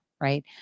right